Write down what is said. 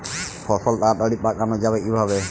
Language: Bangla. ফসল তাড়াতাড়ি পাকানো যাবে কিভাবে?